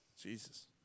Jesus